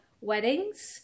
weddings